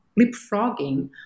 leapfrogging